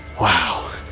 Wow